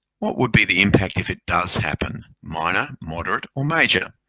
what would be the impact if it does happen? minor, moderate or major?